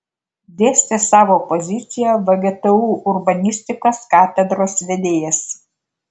dėstė savo poziciją vgtu urbanistikos katedros vedėjas